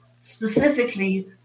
specifically